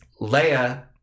Leia